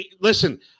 listen